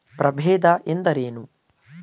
ಪ್ರಭೇದ ಎಂದರೇನು?